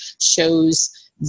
shows